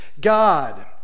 God